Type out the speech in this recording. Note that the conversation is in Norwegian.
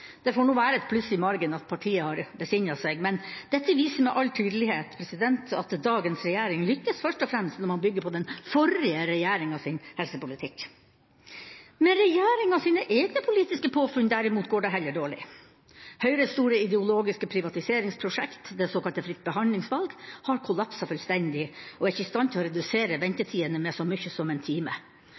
Det får være et pluss i margen at partiet nå har besinnet seg, men dette viser med all tydelighet at dagens regjering lykkes først og fremst når man bygger på den forrige regjeringas helsepolitikk. Med regjeringas egne politiske påfunn, derimot, går det heller dårlig. Høyres store ideologiske privatiseringsprosjekt, det såkalte fritt behandlingsvalg, har kollapset fullstendig og er ikke i stand til å redusere ventetidene med så mye som en time.